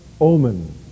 omen